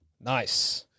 Nice